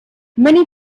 many